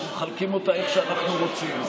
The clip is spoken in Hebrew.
אנחנו מחלקים אותה איך שאנחנו רוצים.